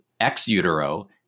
ex-utero